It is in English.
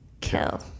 kill